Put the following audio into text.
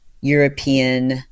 european